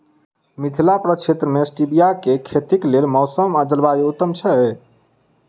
मिथिला प्रक्षेत्र मे स्टीबिया केँ खेतीक लेल मौसम आ जलवायु उत्तम छै?